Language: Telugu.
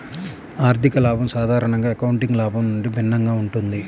ఆర్థిక లాభం సాధారణంగా అకౌంటింగ్ లాభం నుండి భిన్నంగా ఉంటుంది